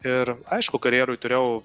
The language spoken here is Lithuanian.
ir aišku karjeroj turėjau